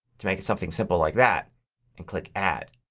to make it something simple like that and click add.